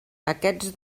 aquests